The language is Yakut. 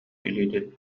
илиитин